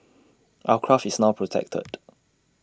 our craft is now protected